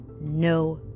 no